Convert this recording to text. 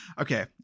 Okay